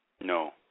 No